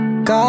God